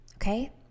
Okay